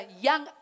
young